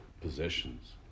possessions